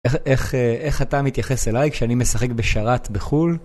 איך איך איך אתה מתייחס אליי כשאני משחק בשרת בחו״ל?